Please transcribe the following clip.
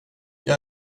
jag